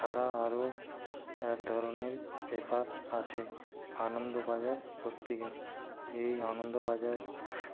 ছাড়া আরও এক ধরনের পেপার আছে আনন্দবাজার পত্রিকা এই আনন্দবাজার